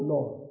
Lord